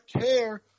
care